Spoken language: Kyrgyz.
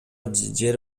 жер